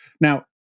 Now